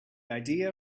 idea